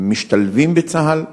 משתלבים בצה"ל,